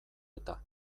eta